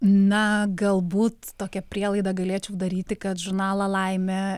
na galbūt tokią prielaidą galėčiau daryti kad žurnalą laimė